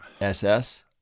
SS